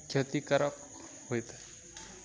କ୍ଷତିକାରକ ହୋଇଥାଏ